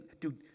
dude